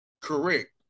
Correct